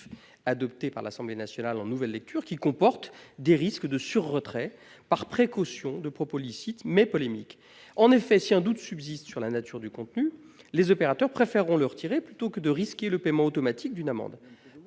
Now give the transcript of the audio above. adopté par l'Assemblée nationale en nouvelle lecture, lequel risque d'entraîner, par précaution, des sur-retraits de propos licites, mais polémiques. En effet, si un doute subsiste sur la nature du contenu, les opérateurs préféreront le retirer plutôt que de risquer le paiement automatique d'une amende.